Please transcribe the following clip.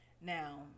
Now